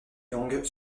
yang